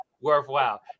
worthwhile